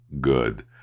good